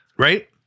Right